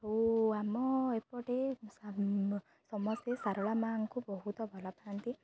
ଆଉ ଆମ ଏପଟେ ସମସ୍ତେ ସାରଳା ମା'ଙ୍କୁ ବହୁତ ଭଲ ପାାଆନ୍ତି